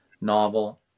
novel